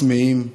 צמאים.